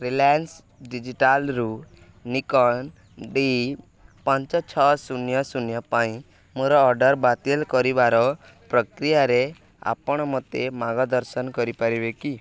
Reliance ଡିଜିଟାଲ୍ରୁ Nikon D ପାଞ୍ଚ ଛଅ ଶୂନ୍ୟ ଶୂନ୍ୟ ପାଇଁ ମୋର ଅର୍ଡ଼ର୍ ବାତିଲ କରିବାର ପ୍ରକ୍ରିୟାରେ ଆପଣ ମୋତେ ମାର୍ଗଦର୍ଶନ କରିପାରିବେ କି